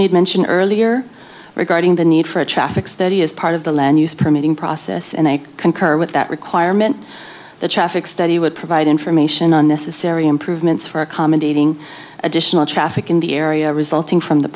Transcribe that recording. made mention earlier regarding the need for a traffic study as part of the land use permitting process and i concur with that requirement the traffic study would provide information on necessary improvements for accommodating additional traffic in the area resulting from the